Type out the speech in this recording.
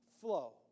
flow